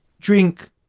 drink